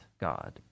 God